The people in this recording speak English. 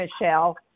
Michelle